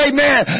Amen